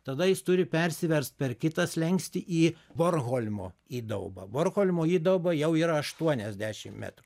tada jis turi persiverst per kitą slenkstį į bornholmo įdaubą bornholmo įdauba jau yra aštuoniasdešim metrų